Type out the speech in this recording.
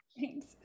Thanks